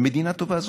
ומדינה טובה.